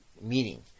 meeting